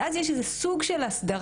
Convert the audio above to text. ואז יש איזה סוג של הסדרה,